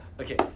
okay